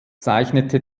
zeichnete